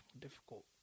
difficult